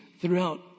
throughout